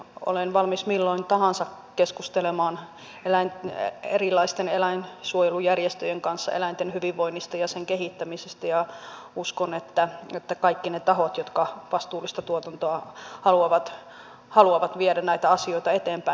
olen valmis milloin tahansa keskustelemaan erilaisten eläinsuojelujärjestöjen kanssa eläinten hyvinvoinnista ja sen kehittämisestä ja uskon että kaikki ne tahot jotka vastuullista tuotantoa haluavat haluavat viedä näitä asioita eteenpäin